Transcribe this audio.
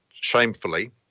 shamefully